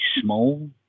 small